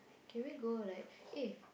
can we go like eh